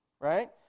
Right